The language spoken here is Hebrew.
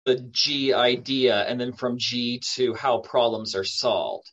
The G idea and then from G to how problems are solved.